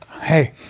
Hey